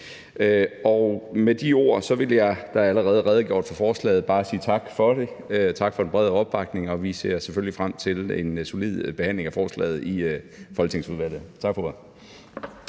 Med de ord vil jeg, da der allerede er redegjort for forslaget, bare sige tak for det – tak for den brede opbakning. Vi ser selvfølgelig frem til en solid behandling af forslaget i folketingsudvalget. Tak for ordet.